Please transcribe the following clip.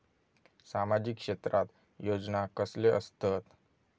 सामाजिक क्षेत्रात योजना कसले असतत?